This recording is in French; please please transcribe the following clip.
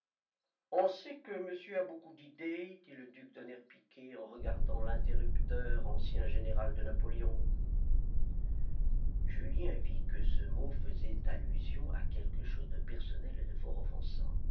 on sait que monsieur a beaucoup d'idées dit le duc d'un air piqué en regardant l'interrupteur ancien général de napoléon julien vit que ce mot faisait allusion à quelque chose de personnel et de